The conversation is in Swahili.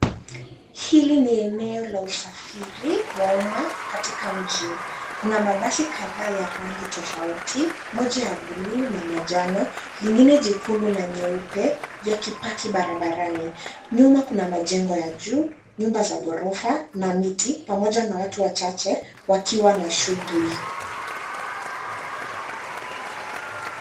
Hili ni eneo la usafiri wa umma katika mji. vKuna mabasi kadhaa ya rangi tofauti, vmoja ya buluu na manjano, vjingine jekundu na nyeupe yakipaki barabarani. vNyuma kuna majengo ya juu, vnyumba za ghorofa na miti pamoja na watu wachache wakiwa na shughuli.